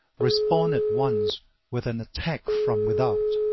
respond at once with an attack from without.